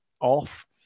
off